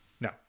No